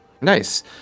Nice